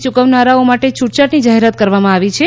યુકવનારાઓ માટે છૂટછાટની જાહેરાત કરવામાં આવી છે